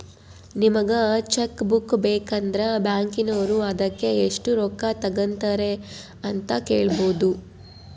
ನಿಮಗೆ cheque book ಬೇಕಂದ್ರ ಬ್ಯಾಕಿನೋರು ಅದಕ್ಕೆ ಎಷ್ಟು ರೊಕ್ಕ ತಂಗತಾರೆ ಅಂತ ಕೇಳಬೊದು